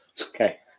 Okay